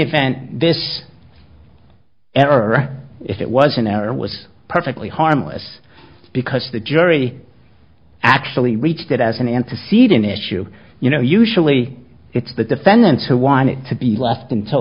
event this error if it was an error was perfectly harmless because the jury actually reached it as an antecedent issue you know usually it's the defendants who want it to be left until